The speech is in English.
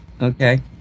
Okay